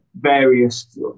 various